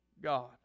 God